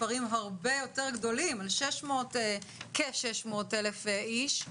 אנחנו מדברים על מספרים הרבה יותר גדולים - כ-600 אלף איש,